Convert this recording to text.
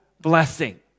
blessing